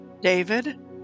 David